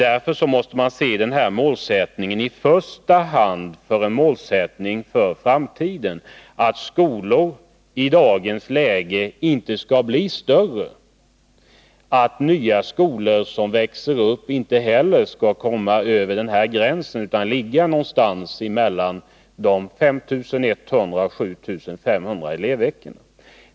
Därför måste man i första hand se den här målsättningen som en målsättning för framtiden: att skolorna i dagens läge inte skall bli större och att de nya skolor som växer upp inte heller skall komma upp över den gränsen, utan att de skall ligga någonstans mellan de 5 100 och de 7 500 elevveckorna.